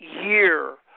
year